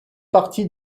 partie